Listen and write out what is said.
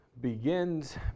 begins